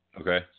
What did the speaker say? Okay